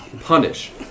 punish